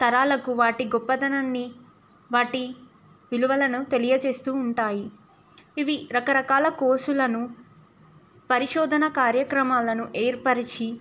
తరాలకు వాటి గొప్పదనాన్ని వాటి విలువలను తెలియజేస్తూ ఉంటాయి ఇవి రకరకాల కోర్సులను పరిశోధన కార్యక్రమాలను ఏర్పరిచి